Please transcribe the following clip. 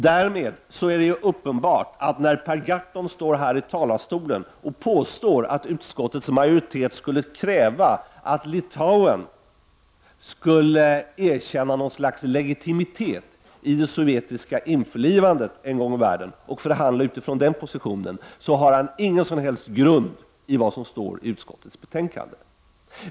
Därmed är det uppenbart att Per Gahrton, när han står här i talarstolen och påstår att utskottets majoritet skulle kräva att Litauen skulle erkänna något slags legitimitet i det sovjetiska införlivandet en gång i världen, och förhandla utifrån den positionen, har ingen som helst grund för detta i det som står i utskottets betänkande.